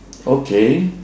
okay